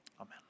amen